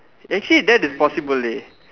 actually that is possible dey